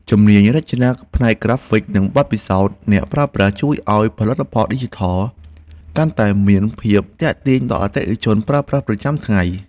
ជំនាញរចនាផ្នែកក្រាហ្វិកនិងបទពិសោធន៍អ្នកប្រើប្រាស់ ជួយឱ្យផលិតផលឌីជីថលកាន់តែមានភាពទាក់ទាញដល់អតិថិជនប្រើប្រាស់ប្រចាំថ្ងៃ។